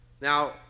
Now